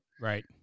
right